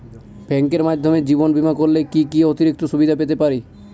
ব্যাংকের মাধ্যমে জীবন বীমা করলে কি কি অতিরিক্ত সুবিধে পেতে পারি?